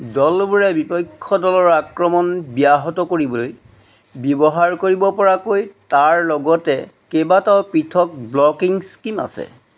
দলবোৰে বিপক্ষ দলৰ আক্ৰমণ ব্যাহত কৰিবলৈ ব্যৱহাৰ কৰিব পৰাকৈ তাৰ লগতে কেইবাটাও পৃথক ব্লকিং স্কীম আছে